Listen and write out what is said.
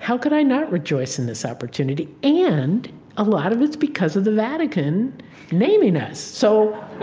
how could i not rejoice in this opportunity? and a lot of it's because of the vatican naming us. so